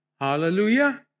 Hallelujah